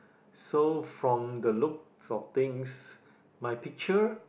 so from the looks of things my picture